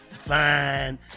fine